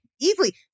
Easily